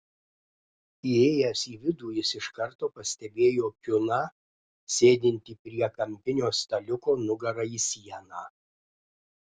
įėjęs į vidų jis iš karto pastebėjo kiuną sėdintį prie kampinio staliuko nugara į sieną